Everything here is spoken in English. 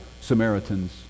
Samaritans